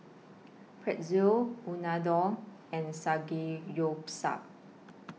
Pretzel Unadon and Samgeyopsal